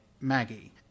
Maggie